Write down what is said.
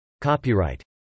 Copyright